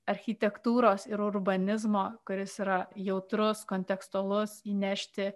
architektūros ir urbanizmo kuris yra jautrus kontekstualus įnešti